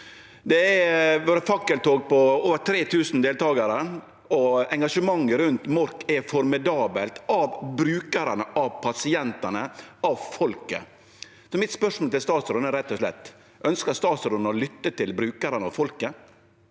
Det har vore fakkeltog med over 3 000 deltakarar, og engasjementet rundt Mork er formidabelt – frå brukarane, pasientane og folket. Mitt spørsmål til statsråden er rett og slett: Ønskjer statsråden å lytte til brukarane og folket?